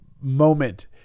moment